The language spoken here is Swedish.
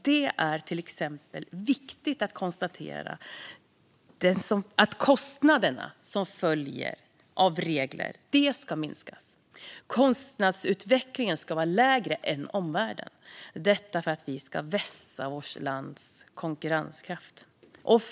Det är till exempel viktigt att kostnaderna som följer av regler ska minska och att kostnadsutvecklingen ska vara lägre än i omvärlden, detta för att vi ska vässa vårt lands konkurrenskraft.